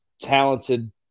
talented